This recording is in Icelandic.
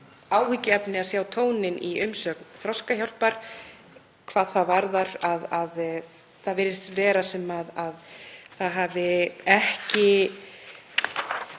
áhyggjuefni að sjá tóninn í umsögn Þroskahjálpar hvað það varðar að það virðist vera sem ekki hafi ekki